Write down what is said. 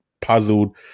puzzled